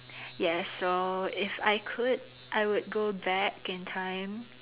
yes so if I could I would go back in time